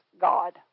God